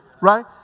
Right